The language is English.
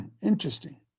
interesting